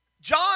John